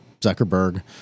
Zuckerberg